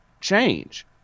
change